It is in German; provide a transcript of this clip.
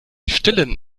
stillen